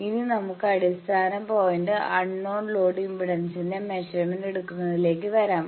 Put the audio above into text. ഇനി നമ്മുക്ക് അടിസ്ഥാന പോയിന്റ് അൺനോൺ ലോഡ് ഇംപെഡൻസിന്റെ മെഷർമെന്റ് എടുക്കുന്നതിലേക്ക് വരാം